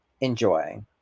Enjoy